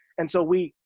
and so, we,